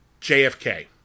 JFK